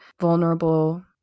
vulnerable